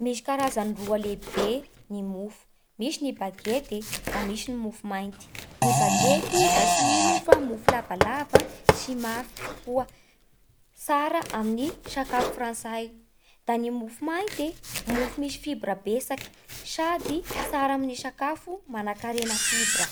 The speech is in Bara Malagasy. Misy karazany roa lehibe ny mofo: misy ny bagety e da misy ny mofo mainty. Ny bagety da tsy ino fa mofo lavalava sy maro kokoa, tsara amin'ny sakafo frantsay. Da ny mofo mainty: mofo misy fibra betsaky sady tsara amin'ny sakafo manan-karena fibra.